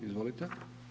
Izvolite.